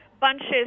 bunches